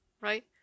right